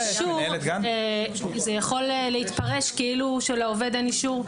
זה יכול להתפרש כאילו לעובד אין אישור.